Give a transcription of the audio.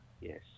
Yes